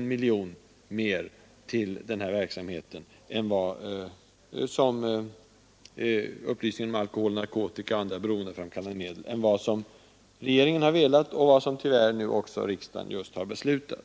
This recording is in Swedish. miljon kronor mera anslås till upplysning om alkohol, narkotika och andra beroendeframkallande medel än vad regeringen velat och riksdagen tyvärr nu också har beslutat.